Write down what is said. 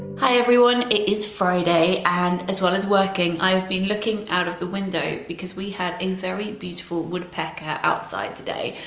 hi everyone it is friday and as well as working i have been looking out of the window because we had a very beautiful woodpecker outside today,